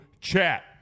chat